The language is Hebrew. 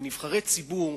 לנבחרי ציבור,